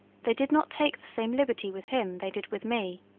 they did not take the same liberty with him they did with me.